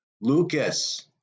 Lucas